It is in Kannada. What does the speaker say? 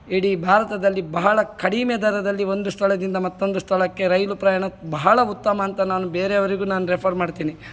ಇಡೀ ಭಾರತದಲ್ಲಿ ಬಹಳ ಕಡಿಮೆ ದರದಲ್ಲಿ ಒಂದು ಸ್ಥಳದಿಂದ ಮತ್ತೊಂದು ಸ್ಥಳಕ್ಕೆ ರೈಲು ಪ್ರಯಾಣ ಬಹಳ ಉತ್ತಮ ಅಂತ ನಾನು ಬೇರೆಯವರಿಗೂ ನಾನು ರೆಫರ್ ಮಾಡ್ತೀನಿ